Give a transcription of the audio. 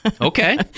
Okay